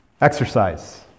exercise